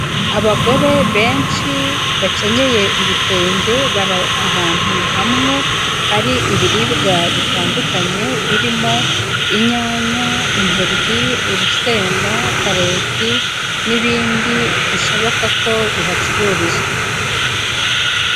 Abagore benshi bakenyeye ibitenge bari ahantu hamwe hari ibiribwa bitandukanye birimo inyanya, intoryi, urusenda, karoti n'ibindi bishoboka ko bihacururizwa.